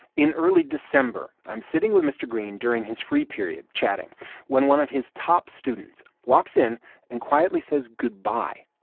in early december, i'm sitting with mr. greene during his free period chatting when one of his top students walks in and quietly says goodbye.